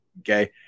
Okay